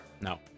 No